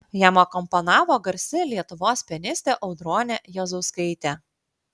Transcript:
jam akompanavo garsi lietuvos pianistė audronė juozauskaitė